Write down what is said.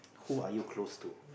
who are you close to